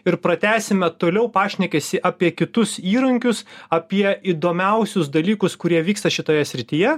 ir pratęsime toliau pašnekesį apie kitus įrankius apie įdomiausius dalykus kurie vyksta šitoje srityje